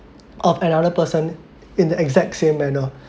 of another person in the exact same manner